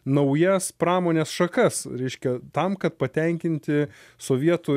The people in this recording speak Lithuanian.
naujas pramonės šakas ryškia tam kad patenkinti sovietų